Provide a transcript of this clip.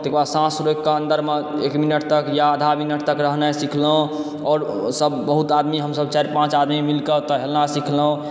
ताहिकऽ बाद साँस रोकिके अन्दरमे एक मिनट तक या आधा मिनट तक रहनाइ सिखलहुँ आओर सभ बहुत आदमी हमसभ चारि पाँच आदमी मिलके तऽ हेलनाइ सिखलहुँ